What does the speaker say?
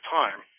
time